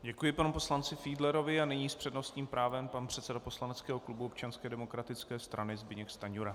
Děkuji panu poslanci Fiedlerovi a nyní s přednostním právem pan předseda poslaneckého klubu Občanské demokratické strany Zbyněk Stanjura.